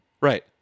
Right